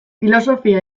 filosofia